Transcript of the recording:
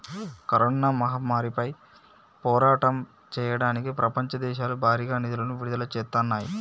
corona మహమ్మారిపై పోరాటం చెయ్యడానికి ప్రపంచ దేశాలు భారీగా నిధులను విడుదల చేత్తన్నాయి